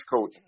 coach